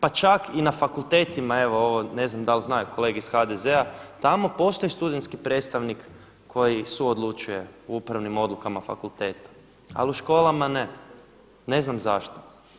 Pa čak i na fakultetima, evo ovo ne znam dali znaju kolege iz HDZ-a tamo postoji studenski predstavnik koji suodlučuje u upravnim odlukama fakulteta, ali u školama ne, ne znam zašto.